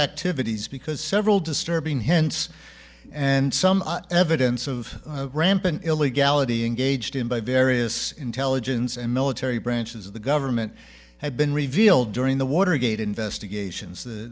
activities because several disturbing hints and some evidence of rampant illegality engaged in by various intelligence and military branches of the government had been revealed during the watergate investigations the